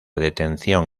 detención